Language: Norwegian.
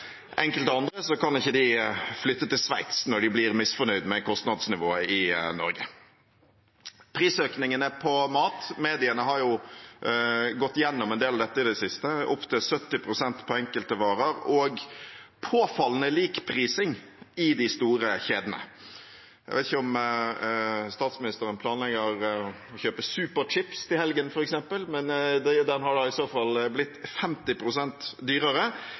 enkelte andre kan ikke de flytte til Sveits når de blir misfornøyd med kostnadsnivået i Norge. Når det gjelder prisøkningene på mat, har mediene gått gjennom dette en del i det siste. Prisøkningen er opptil 70 pst. på enkelte varer, og det er påfallende lik prising i de store kjedene. Jeg vet ikke om statsministeren planlegger å kjøpe Superchips til helgen, f.eks., men den har i så fall blitt 50 pst. dyrere,